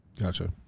Gotcha